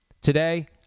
Today